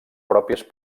pròpies